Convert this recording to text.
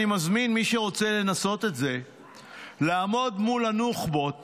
אני מזמין את מי שרוצה לנסות את זה לעמוד מול הנוח'בות